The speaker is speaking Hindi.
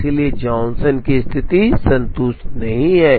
इसलिए जॉनसन की स्थिति संतुष्ट नहीं है